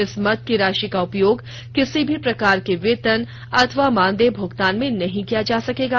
इस मद की राशि का उपयोग किसी भी प्रकार के वेतन अथवा मानदेय भुगतान में नहीं किया जा सकेगा